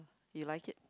you like it